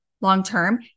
long-term